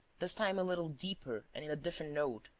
this time a little deeper and in a different note.